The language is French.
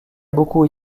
beaucoup